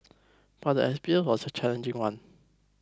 but the experience was a challenging one